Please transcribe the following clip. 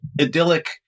idyllic